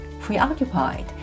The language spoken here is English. preoccupied